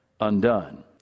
undone